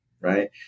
right